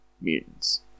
mutants